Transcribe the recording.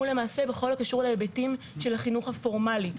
הוא בכל הקשור להיבטים של החינוך הפורמלי.